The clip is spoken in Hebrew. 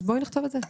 אז בואי נכתוב את זה.